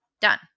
done